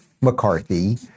McCarthy